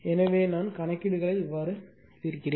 எனவே நான் கணக்கீடுகளை தீர்ப்பேன்